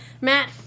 Matt